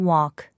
Walk